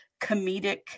comedic